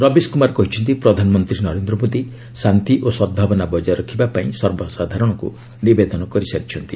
ରବିଶ କୁମାର କହିଛନ୍ତି ପ୍ରଧାନମନ୍ତ୍ରୀ ନରେନ୍ଦ୍ର ମୋଦୀ ଶାନ୍ତି ଓ ସଦ୍ଭାବନା ବଜାୟ ରଖିବା ପାଇଁ ସର୍ବସାଧାରଣଙ୍କୁ ନିବେଦନ କରିସାରିଛନ୍ତି